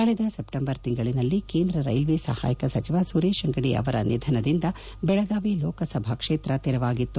ಕಳೆದ ಸೆಪ್ವೆಂಬರ್ ತಿಂಗಳಿನಲ್ಲಿ ಕೇಂದ್ರ ರೈಲ್ವೆ ಸಹಾಯಕ ಸಚಿವ ಸುರೇಶ್ ಅಂಗದಿ ಅವರ ನಿಧನದಿಂದ ಬೆಳಗಾವಿ ಲೋಕಸಭಾ ಕ್ಷೇತ್ರ ತೆರವಾಗಿತ್ತು